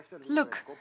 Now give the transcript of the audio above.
Look